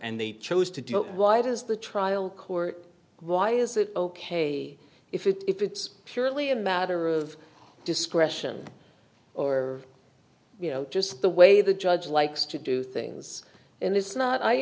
and they chose to do it why does the trial court why is it ok if it if it's purely a matter of discretion or just the way the judge likes to do things and it's not i